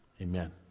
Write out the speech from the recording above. Amen